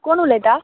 कोण उलयता